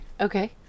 Okay